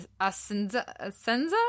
Ascenza